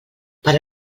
per